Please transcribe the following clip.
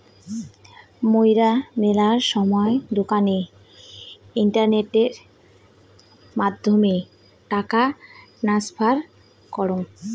মুইরা মেলা সময় দোকানে ইন্টারনেটের মাধ্যমে টাকা ট্রান্সফার করাং